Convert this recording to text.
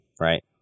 right